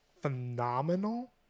Phenomenal